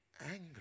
angry